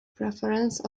preference